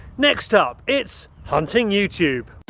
next up it is hunting youtube